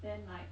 then like